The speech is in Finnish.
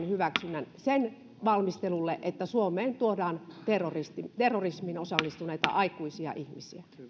hyväksynnän sen valmistelulle että suomeen tuodaan terrorismiin osallistuneita aikuisia ihmisiä